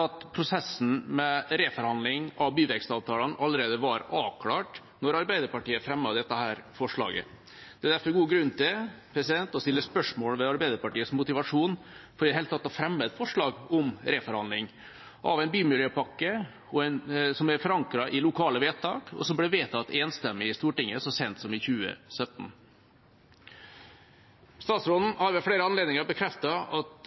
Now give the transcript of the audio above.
at prosessen med reforhandling av byvekstavtalene allerede var avklart da Arbeiderpartiet fremmet dette representantforslaget. Det er derfor god grunn til å stille spørsmål ved Arbeiderpartiets motivasjon for i det hele tatt å fremme et forslag om reforhandling av en bymiljøpakke som er forankret i lokale vedtak, og som ble vedtatt enstemmig i Stortinget så sent som i 2017. Samferdselsministeren har ved flere anledninger bekreftet at